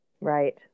right